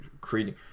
creating